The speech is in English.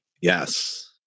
Yes